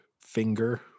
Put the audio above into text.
finger